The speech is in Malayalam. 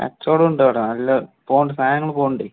കച്ചവടമുണ്ടവിടെ നല്ല പോകുന്നുണ്ട് നല്ല സാധനങ്ങള് പോകുന്നുണ്ട്